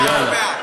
אנחנו בעד.